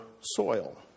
soil